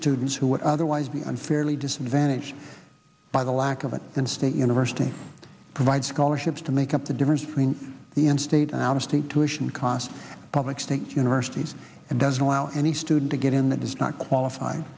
students who would otherwise be unfairly disadvantaged by the lack of an in state university provide scholarships to make up the difference between the in state out of state tuition costs public state universities and doesn't allow any student to get in that does not qualif